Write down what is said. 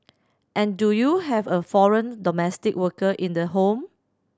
and do you have a foreign domestic worker in the home